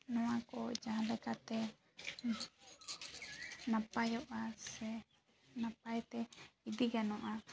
ᱱᱚᱣᱟᱠᱚ ᱡᱟᱦᱟᱸ ᱞᱮᱠᱟᱛᱮ ᱱᱟᱯᱟᱭᱚᱜᱼᱟ ᱥᱮ ᱱᱟᱯᱟᱭ ᱛᱮ ᱤᱫᱤ ᱜᱟᱱᱚᱜᱼᱟ